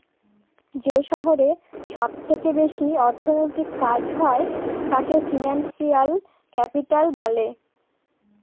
যে শহরে সব থেকে বেশি অর্থনৈতিক কাজ হয় তাকে ফিনান্সিয়াল ক্যাপিটাল বলে